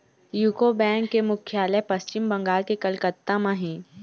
UCO bank के मुख्यालय पस्चिम बंगाल के कलकत्ता म हे